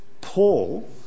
Paul